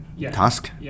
task